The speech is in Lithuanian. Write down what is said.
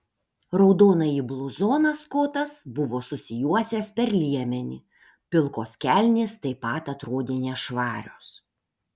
raudonąjį bluzoną skotas buvo susijuosęs per liemenį pilkos kelnės taip pat atrodė nešvarios